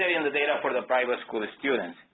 ah and the data for the private school student.